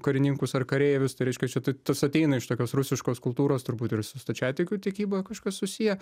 karininkus ar kareivius tai reiškia čia ta tas ateina iš tokios rusiškos kultūros turbūt ir su stačiatikių tikyba kažkas susiję